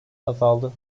azaldı